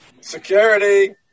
Security